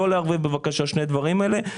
לא לערבב בבקשה את שני הדברים האלה,